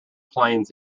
plains